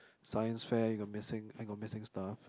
Science fair you got missing I got missing stuff